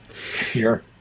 Sure